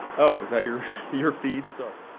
oh, is that your your feed? sorry.